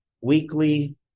weekly